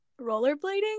rollerblading